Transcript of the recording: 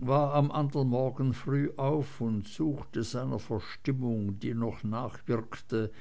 war am anderen morgen früh auf und suchte seiner verstimmung die noch nachwirkte